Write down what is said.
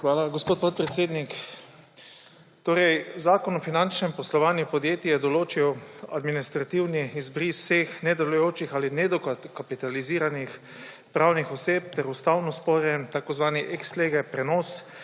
Hvala, gospod podpredsednik. Zakon o finančnem poslovanju podjetij je določil administrativni izbris vseh nedelujočih ali nedokapitaliziranih pravnih oseb ter ustavno sporen tako imenovani ex lege prenos